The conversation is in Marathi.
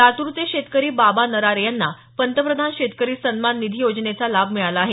लातूरचे शेतकरी बाबा नरारे यांना पंतप्रधान शेतकरी सन्मान निधी योजनेचा लाभ मिळाला आहे